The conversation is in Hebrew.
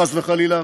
חס וחלילה.